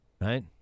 Right